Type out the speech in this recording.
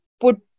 put